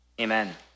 Amen